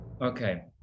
Okay